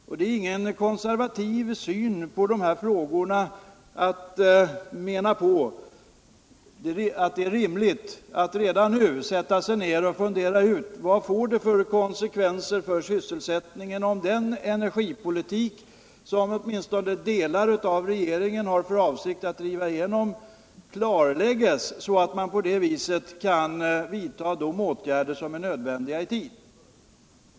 Och det är ingen konservativ syn på de här frågorna att mena att det är rimligt att redan nu sätta sig ned och fundera ut vad den energipolitik som åtminstone delar av regeringen har för avsikt att driva igenom får för konsekvenser för sysselsättningen, så att man kan vidta nödvändiga åtgärder i tid.